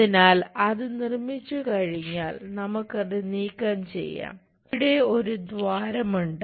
അതിനാൽ അത് നിർമ്മിച്ചു കഴിഞ്ഞാൽ നമുക്കത് നീക്കംചെയ്യാം ഇവിടെ ഒരു ദ്വാരം ഉണ്ട്